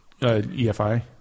EFI